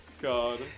God